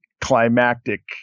climactic